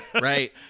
Right